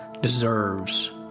deserves